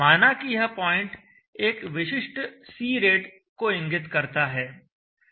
माना कि यह पॉइंट एक विशिष्ट C रेट को इंगित करता है